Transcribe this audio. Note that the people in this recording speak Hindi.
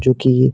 जो कि